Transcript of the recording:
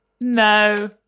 No